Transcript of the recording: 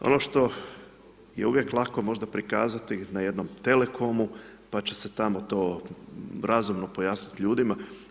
Ono što je uvijek lako možda prikazati na jednom telekomu, pa će se onda tamo to razumno pojasniti ljudima.